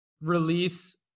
release